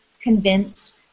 convinced